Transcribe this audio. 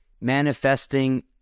manifesting